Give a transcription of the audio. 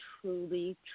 truly